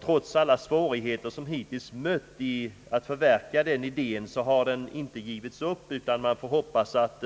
Trots alla svårigheter som hittills mött att förverkliga den idén har den inte givits upp, utan man får hoppas att